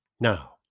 Now